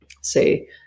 say